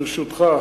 ברשותך,